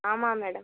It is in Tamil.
ஆமாம் மேடம்